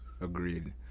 agreed